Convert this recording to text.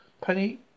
Penny